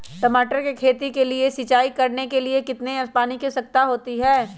टमाटर की खेती के लिए सिंचाई करने के लिए कितने पानी की आवश्यकता होती है?